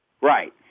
Right